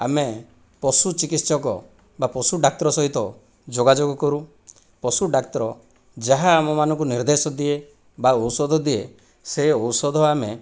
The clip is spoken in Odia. ଆମେ ପଶୁ ଚିକିତ୍ସକ ବା ପଶୁ ଡାକ୍ତର ସହିତ ଯୋଗାଯୋଗ କରୁ ପଶୁ ଡାକ୍ତର ଯାହା ଆମମାନଙ୍କୁ ନିର୍ଦ୍ଦେଶ ଦିଏ ବା ଔଷଧ ଦିଏ ସେ ଔଷଧ ଆମେ